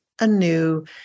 anew